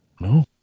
No